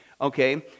okay